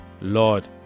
Lord